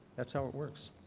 that's how it works.